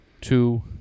two